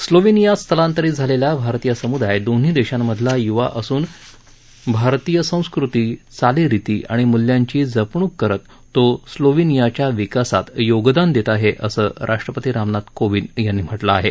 स्लोवेनियात स्थलांतरीत झालेला भारतीय समुदाय दोन्ही देशांमधला युवा असून भारतीय संस्कृती चालीरिती आणि मूल्यांची जपवून करत तो स्लोविनियाच्या विकासात योगदान देत आहेत असं राष्ट्रपती रामनाथ कोविंद यांनी म्हटलयं